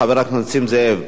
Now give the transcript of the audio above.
חבר הכנסת נסים זאב.